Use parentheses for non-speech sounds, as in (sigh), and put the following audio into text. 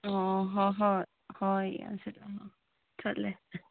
ꯑꯣ ꯍꯣꯏ ꯍꯣꯏ ꯍꯣꯏ (unintelligible) ꯆꯠꯂꯦ